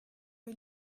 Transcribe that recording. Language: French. rue